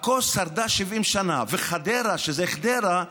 עכו שרדה 70 שנה, וחדרה, שזה ח'דירה בערבית,